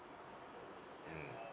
mm